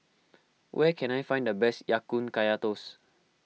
where can I find the best Ya Kun Kaya Toast